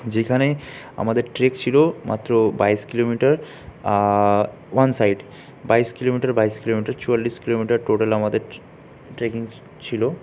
যেখানে আমাদের ট্রেক ছিল মাত্র বাইশ কিলোমিটার ওয়ান সাইড বাইশ কিলোমিটার বাইশ কিলোমিটার চুয়াল্লিশ কিলোমিটার টোটাল আমাদের ট্রে ট্রেকিং ছিল